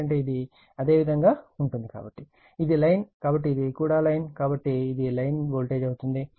ఎందుకంటే ఇది ఇదే విధంగా ఉంటుంది ఇది లైన్ కాబట్టి ఇది కూడా లైన్ కాబట్టి ఇది లైన్ వోల్టేజ్ అవుతుంది